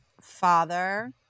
father